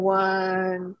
one